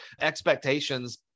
expectations